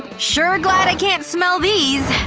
sure glad i can't smell these!